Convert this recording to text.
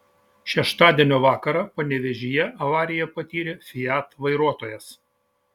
šeštadienio vakarą panevėžyje avariją patyrė fiat vairuotojas